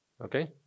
Okay